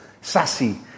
Sassy